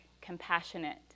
compassionate